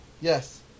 Yes